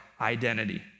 identity